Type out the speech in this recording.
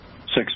six